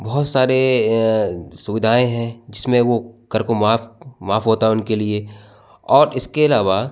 बहुत सारे सुविधाएँ हैं जिसमें वो कर को माफ़ माफ़ होता है उनके लिए और इसके अलावा